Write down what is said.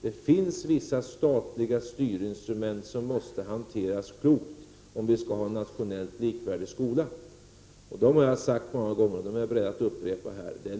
Det finns vissa statliga styrinstrument, som måste hanteras klokt om vi skall ha en nationellt likvärdig skola. Jag har sagt många gånger, och är beredd att upprepa, vilka dessa styrinstrument är.